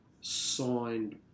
signed